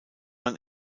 man